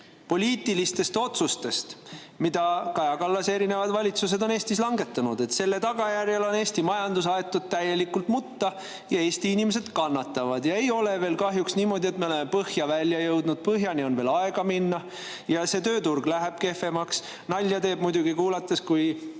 poliitilistest otsustest, mida Kaja Kallase erinevad valitsused on Eestis langetanud. Selle tagajärjel on Eesti majandus aetud täielikult mutta ja Eesti inimesed kannatavad. Ei ole veel kahjuks niimoodi, et me oleksime põhja välja jõudnud. Põhjani on veel minna ja tööturul läheb [olukord] kehvemaks. Nalja teeb muidugi, kui